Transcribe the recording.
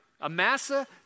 Amasa